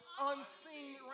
unseen